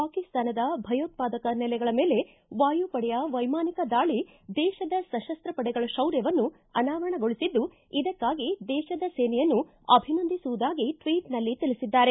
ಪಾಕಿಸ್ತಾನದ ಭಯೋತ್ಪಾದಕ ನೆಲೆಗಳ ಮೇಲೆ ವಾಯುಪಡೆಯ ವೈಮಾನಿಕ ದಾಳ ದೇಶದ ಸಶಸ್ತ ಪಡೆಗಳ ಶೌರ್ಯವನ್ನು ಅನಾವರಣಗೊಳಿಸಿದ್ದು ಇದಕ್ಕಾಗಿ ದೇಶದ ಸೇನೆಯನ್ನು ಅಭಿನಂದಿಸುವುದಾಗಿ ಟ್ವೀಟ್ನಲ್ಲಿ ತಿಳಿಸಿದ್ದಾರೆ